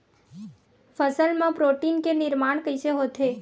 फसल मा प्रोटीन के निर्माण कइसे होथे?